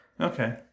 Okay